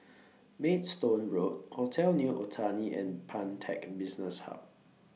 Maidstone Road Hotel New Otani and Pantech Business Hub